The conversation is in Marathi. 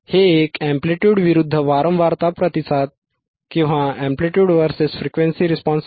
हे एक एंप्लिट्युड विरुद्ध वारंवारता प्रतिसाद Amplitude vs Frequency response आहे